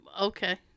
okay